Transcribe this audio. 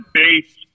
base